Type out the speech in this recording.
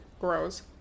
grows